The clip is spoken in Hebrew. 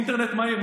אינטרנט מהיר,